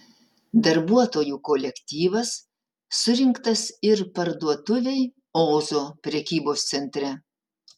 darbuotojų kolektyvas surinktas ir parduotuvei ozo prekybos centre